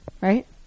right